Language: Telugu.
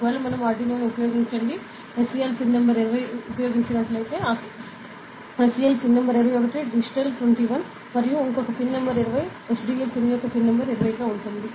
ఒకవేళ మనం ఆర్డునోను ఉపయోగించండి SCL పిన్ నంబర్ 21 డిజిటల్ 21 మరియు ఇంకొక పిన్ నంబర్ 20 SDA పిన్ యొక్క పిన్ నంబర్ 20 గా ఉంది